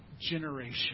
generation